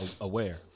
aware